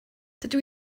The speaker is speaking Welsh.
dydw